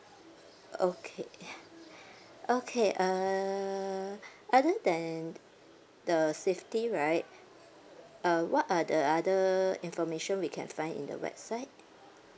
okay okay uh other than the safety right uh what are the other information we can find in the website